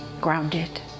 grounded